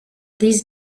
these